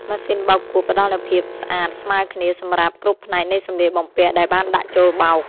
ម៉ាស៊ីនបោកគក់ផ្តល់នូវភាពស្អាតស្មើគ្នាសម្រាប់គ្រប់ផ្នែកនៃសម្លៀកបំពាក់ដែលបានដាក់ចូលបោក។